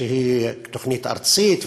שהיא תוכנית ארצית,